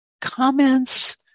comments